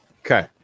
okay